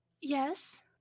Yes